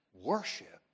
worship